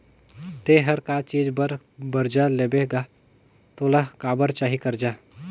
ते हर का चीच बर बरजा लेबे गा तोला काबर चाही करजा